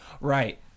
Right